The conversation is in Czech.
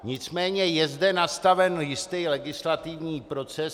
Nicméně je zde nastaven jistý legislativní proces.